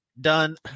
Done